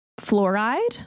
fluoride